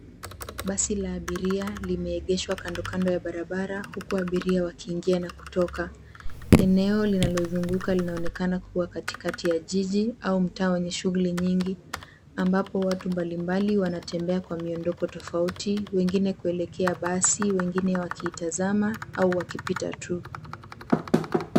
Basi la abiria limeegeshwa kando kando ya barbara huku abiria wakiingia na kutoka eneo linalozunguka linaonekana kua katikati ya jiji au mtaa wenye shughuli nyingi ambapo watu mbalimbali wanatembea kwa miondoko tofauti wengine kuelekea basi wengine wakitazama au wakipita tu.